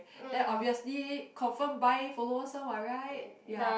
then obviously confirm buy followers one [what] right ya